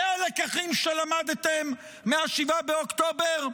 אלה הלקחים שלמדתם מ-7 באוקטובר?